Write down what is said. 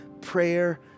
prayer